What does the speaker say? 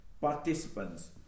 participants